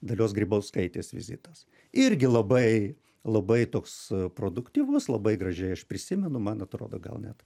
dalios grybauskaitės vizitas irgi labai labai toks produktyvus labai gražiai aš prisimenu man atrodo gal net